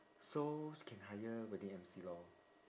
so you can hire wedding emcee lor